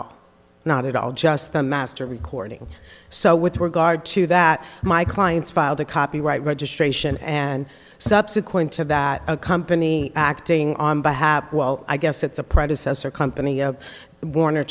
all not at all just a master recording so with regard to that my clients filed a copyright registration and subsequent to that a company acting on behalf of well i guess it's a predecessor company of warner